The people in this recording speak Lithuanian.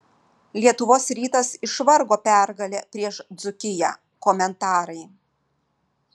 lietuvos rytas išvargo pergalę prieš dzūkiją komentarai